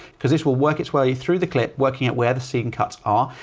because this will work its way through the clip, working at where the scene cuts are.